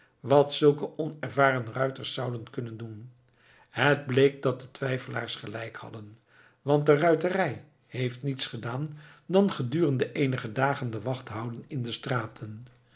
wat zulke onervaren ruiters zouden kunnen doen het bleek dat de twijfelaars gelijk hadden want de ruiterij heeft niets gedaan dan gedurende eenige dagen de wacht houden in de straten